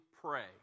pray